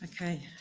Okay